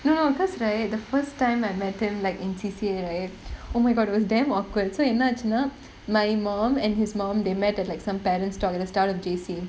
no no because right the first time I met him like in C_C_A right oh my god it was damn awkward so என்னாச்சுனா:ennaachunaa my mum and his mum they met at like some parent's talk at the start of J_C